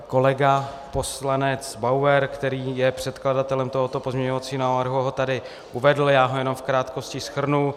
Kolega poslanec Bauer, který je předkladatelem tohoto pozměňovacího návrhu, ho tady uvedl, já ho jenom v krátkosti shrnu.